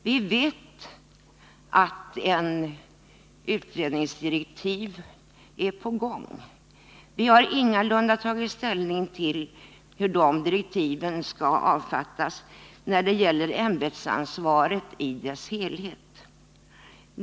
Vi vet att utredningsdirektiv är på gång. Vi har ingalunda tagit ställning till hur de direktiven skall avfattas när det gäller ämbetsansvaret i dess helhet.